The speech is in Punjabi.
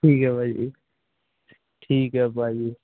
ਠੀਕ ਹੈ ਭਾਅ ਜੀ ਠੀਕ ਆ ਭਾਅ ਜੀ